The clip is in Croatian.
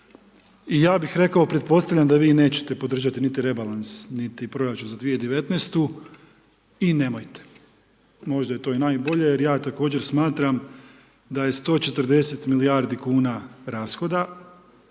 i ja bih rekao, pretpostavljam da vi nećete podržati niti rebalans, niti proračun za 2019. i nemojte. Možda je to i najbolje, jer ja također smatram da je 140 milijardi kuna rashoda